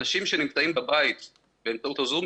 אנשים שנמצאים בבית באמצעות ה"זום",